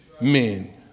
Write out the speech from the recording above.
men